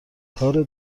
کار